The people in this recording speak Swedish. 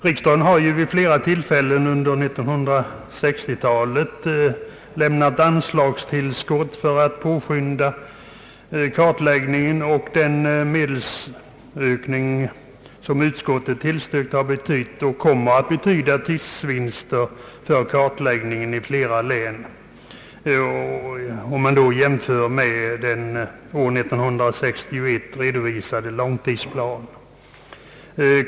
Riksdagen har vid flera tillfällen under 1960-talet lämnat anslagstillskott för att påskynda kartläggningen. Den ökade medelsanvisning som sålunda har skett har betytt och kommer att betyda tidsvinster när det gäller kartläggningen i flera län i jämförelse med den år 1961 redovisade långtidsplanen.